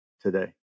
today